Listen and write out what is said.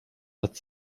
hat